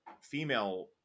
female